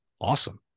awesome